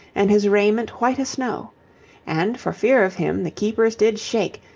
and his raiment white as snow and for fear of him the keepers did shake,